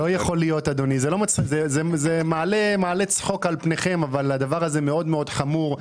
זה מעלה צחוק על פניכם אבל הדבר הזה חמור מאוד.